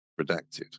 redacted